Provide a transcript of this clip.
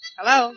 Hello